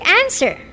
answer